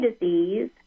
disease